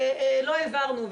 לא העברנו,